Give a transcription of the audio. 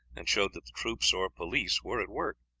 and showed that the troops or police were at work.